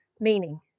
meaning